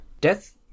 Death